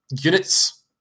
units